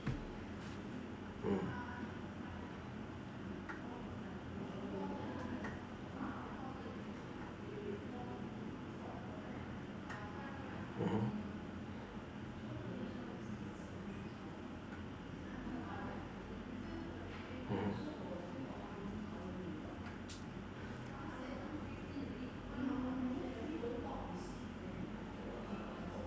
mm mmhmm <mmhmm) mmhmm